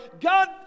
God